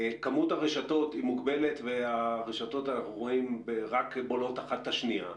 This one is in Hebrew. כמות הרשתות היא מוגבלת ואנחנו רואים שהרשתות רק בולעות אחת את השנייה.